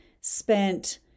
spent